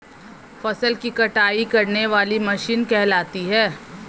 फसल की कटाई करने वाली मशीन कहलाती है?